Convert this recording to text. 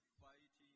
fight